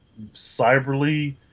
cyberly